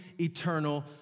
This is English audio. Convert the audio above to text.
eternal